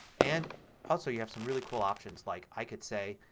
and also you have some really cool options like i could say,